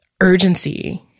urgency